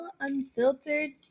unfiltered